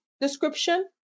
description